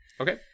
Okay